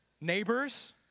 neighbors